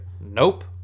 Nope